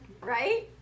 Right